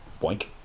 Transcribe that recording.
Boink